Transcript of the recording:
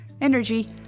Energy